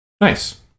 Nice